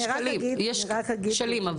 יש כשלים.